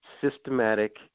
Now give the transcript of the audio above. systematic